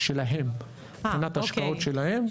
שלהם, מבחינת השקעות שלהם.